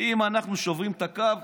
אם אנחנו שוברים את הקו,